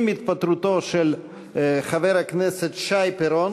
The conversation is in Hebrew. עם התפטרותו של חבר הכנסת שי פירון